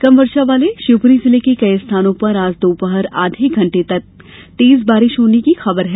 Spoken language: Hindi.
कम वर्षा वाले शिवपुरी जिले के कई स्थानों पर आज दोपहर आधे घंटे तक तेज बारिश होने की खबर है